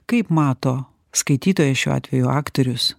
kaip mato skaitytojai šiuo atveju aktorius